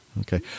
Okay